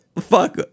Fuck